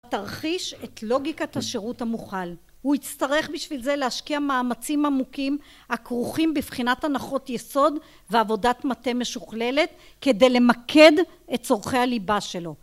תרחיש את לוגיקת השירות המוכל, הוא יצטרך בשביל זה להשקיע מאמצים עמוקים, הכרוכים בבחינת הנחות יסוד, ועבודת מטה משוכללת, כדי למקד את צורכי הליבה שלו